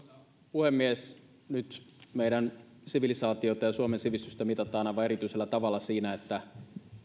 puhemies nyt meidän sivilisaatiota ja suomen sivistystä mitataan aivan erityisellä tavalla siinä